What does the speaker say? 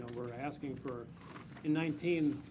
we're asking for in nineteen,